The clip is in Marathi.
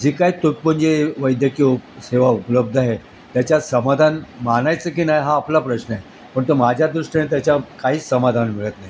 जे काय तुटपुंजी वैद्यकीय सेवा उपलब्ध आहे त्याच्यात समाधान मानायचं की नाही हा आपला प्रश्न आहे पण तो माझ्या दृष्टीने त्याच्या काहीच समाधान मिळत नाही